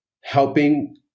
helping